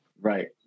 Right